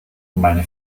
meine